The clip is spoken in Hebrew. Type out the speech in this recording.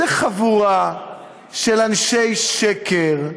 זו חבורה של אנשי שקר,